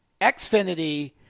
Xfinity